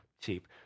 cheap